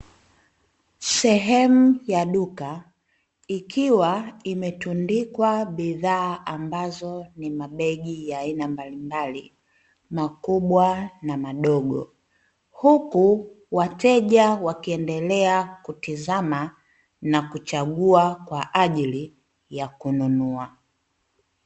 Sehemu ya duka ikiwa imetundikwa bidhaa ambazo ni mabegi ya aina mbalimbali makubwa na madogo, huku wateja wakiendelea kutizama na kuchagua kwa ajili ya kununua.